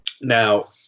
Now